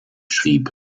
schrieb